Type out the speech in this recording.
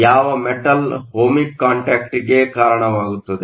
ಯಾವ metal ohmic ಕಾಂಟ್ಯಾಕ್ಟ್ಗೆ ಕಾರಣವಾಗುತ್ತದೆ